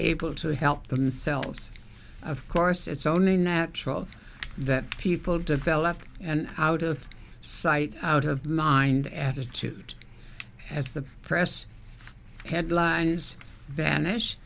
able to help themselves of course it's only natural that people develop and out of sight out of mind attitude as the press headlines vanish